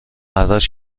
حراج